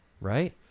right